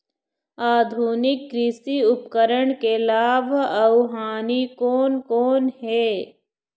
आधुनिक कृषि उपकरण के लाभ अऊ हानि कोन कोन हे?